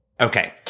Okay